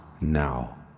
now